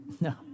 No